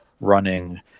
running